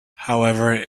however